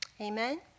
Amen